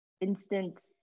instant